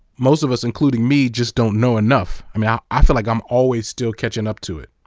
most of us including me just don't know enough, i mean i i feel like i'm always still catching up to it,